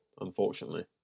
unfortunately